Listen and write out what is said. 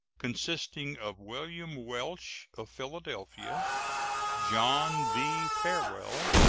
consisting of william welsh, of philadelphia john v. farwell,